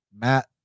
Matt